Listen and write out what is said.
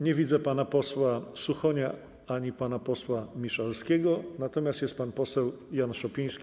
Nie widzę pana posła Suchonia ani pana posła Miszalskiego, natomiast jest pan poseł Jan Szopiński.